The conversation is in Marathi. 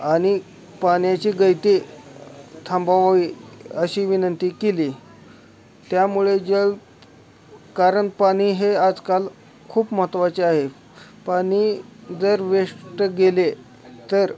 आणि पाण्याची गळती थांबवावी अशी विनंती केली त्यामुळे जल कारण पाणी हे आजकाल खूप महत्त्वाचे आहे पाणी जर वेश्ट गेले तर